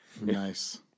Nice